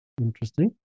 Interesting